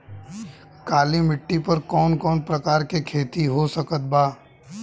काली मिट्टी पर कौन कौन प्रकार के खेती हो सकत बा?